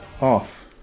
off